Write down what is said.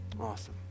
awesome